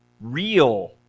Real